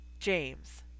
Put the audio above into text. JAMES